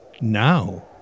Now